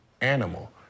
animal